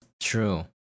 True